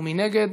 מי נגד?